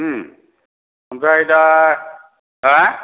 ओम ओमफ्राय दा